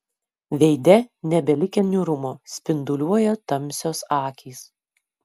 veide nebelikę niūrumo spinduliuoja tamsios akys